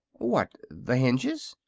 what, the hinges?